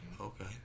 Okay